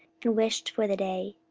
and wished for the day.